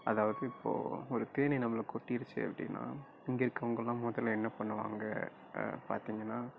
அதாவது இப்போது ஒரு தேனீ நம்மளை கொட்டிடுச்சு அப்படின்னா இங்கே இருக்கிறவங்கள்லாம் மக்கள் என்ன பண்ணுவாங்க பார்த்திங்கனா